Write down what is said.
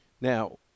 Now